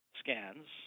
scans